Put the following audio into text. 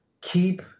keep